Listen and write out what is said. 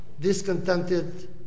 discontented